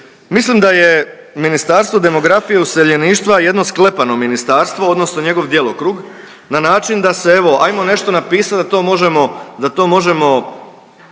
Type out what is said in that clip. mislim da je Ministarstvo demografije i useljeništva jedno sklepano ministarstvo odnosno njegov djelokrug na način da se evo ajmo nešto napisat da to možemo